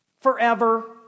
forever